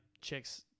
chicks